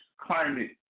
climate